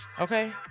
Okay